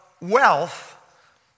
wealth